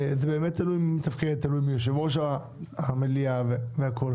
זה באמת תלוי ביושב ראש המליאה והכל.